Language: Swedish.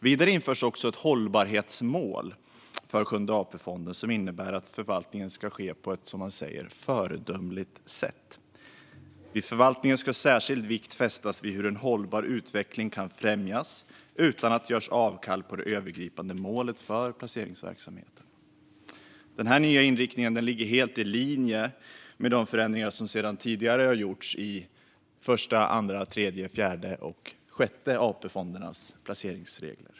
Vidare införs också ett hållbarhetsmål för Sjunde AP-fonden som innebär att förvaltningen ska ske på ett som man säger föredömligt sätt. Vid förvaltningen ska särskild vikt fästas vid hur en hållbar utveckling kan främjas utan att det görs avkall på det övergripande målet för placeringsverksamheten. Denna nya inriktning ligger helt i linje med de förändringar som sedan tidigare gjorts i Första, Andra, Tredje, Fjärde och Sjätte AP-fondens placeringsregler.